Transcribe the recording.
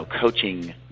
coaching